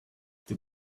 they